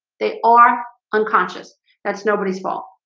they are unconscious that's nobody's fault.